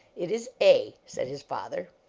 it is a, said his father.